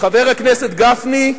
חבר הכנסת גפני,